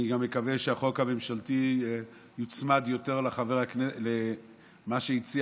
אני גם מקווה שהחוק הממשלתי יוצמד יותר למה שהציע